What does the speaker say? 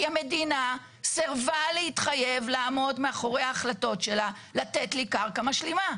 כי המדינה סירבה להתחייב לעמוד מאחורי ההחלטות שלה לתת לי קרקע משלימה.